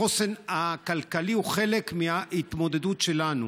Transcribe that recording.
החוסן הכלכלי הוא חלק מההתמודדות שלנו